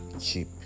cheap